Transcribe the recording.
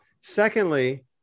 Secondly